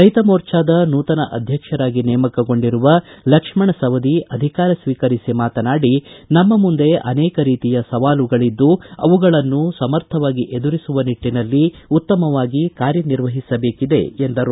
ರೈತ ಮೋರ್ಚಾದ ನೂತನ ಅಧ್ಯಕ್ಷರಾಗಿ ನೇಮಕಗೊಂಡಿರುವ ಲಕ್ಷಣ್ ಸವದಿ ಅಧಿಕಾರ ಸ್ವೀಕರಿಸಿ ಮಾತನಾಡಿ ನಮ್ನ ಮುಂದೆ ಅನೇಕ ರೀತಿಯ ಸವಾಲುಗಳಿದ್ದು ಅವುಗಳನ್ನು ಸಮರ್ಥವಾಗಿ ಎದುರಿಸುವ ನಿಟ್ಟನಲ್ಲಿ ಉತ್ತಮವಾಗಿ ಕಾರ್ಯನಿರ್ವಹಿಸಬೇಕಿದೆ ಎಂದರು